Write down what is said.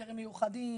בונקרים מיוחדים,